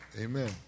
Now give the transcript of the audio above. amen